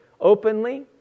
openly